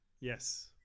Yes